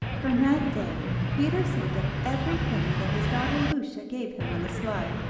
from that day peter saved up every penny that his daughter lucia gave him on the sly,